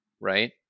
right